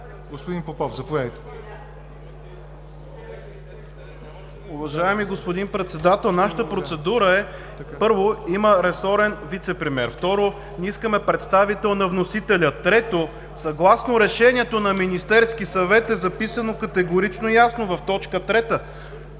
Господин Попов, заповядайте.